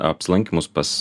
apsilankymus pas